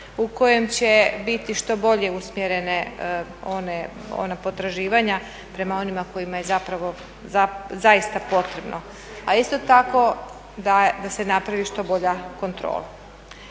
u kojem će biti što bolje usmjerene ona potraživanja prema onima kojima je zapravo, zaista potrebno. A isto tako, da se napravi što bolja kontrola.